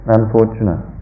unfortunate